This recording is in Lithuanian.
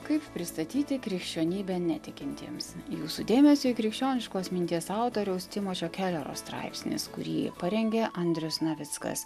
kaip pristatyti krikščionybę netikintiems jūsų dėmesiui krikščioniškos minties autoriaus timočo kelero straipsnis kurį parengė andrius navickas